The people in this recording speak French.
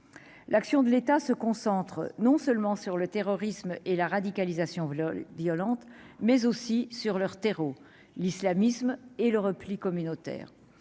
l'action de l'État se concentre, non seulement sur le terrorisme et la radicalisation lol violentes, mais aussi sur leur terreau l'islamisme et le repli communautaire,